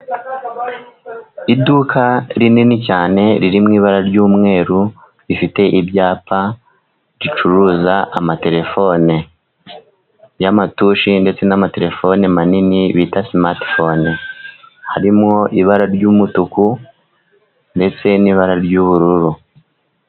Iduka rinini cyane ririmo ibara ry 'umweru rifite ibyapa, ricuruza amatelefone y' amatushi ndetse n' amatelefoni manini bita simatifone harimo ibara ry' umutuku ndetse n' ibara ry' ubururu.